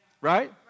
right